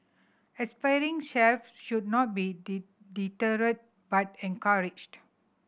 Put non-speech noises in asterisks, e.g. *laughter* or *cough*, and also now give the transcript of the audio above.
aspiring chefs should not be *unintelligible* deterred but encouraged